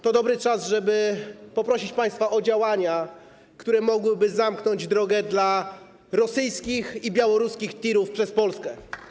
To dobry czas, żeby poprosić państwa o działania, które mogłyby zamknąć drogę dla rosyjskich i białoruskich tirów przez Polskę.